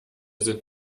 sind